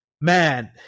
man